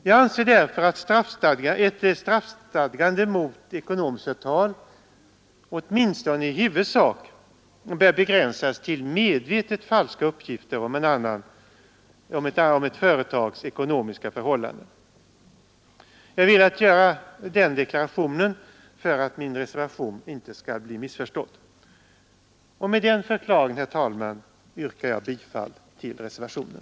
Jag anser därför att ett straffstadgande mot ekonomiskt förtal åtminstone i huvudsak bör begränsas till medvetet falska uppgifter om ett företags ekonomiska förhållanden. Jag har velat göra den deklarationen för att min reservation inte skall bli missförstådd, och med den förklaringen yrkar jag, herr talman, bifall till reservationen.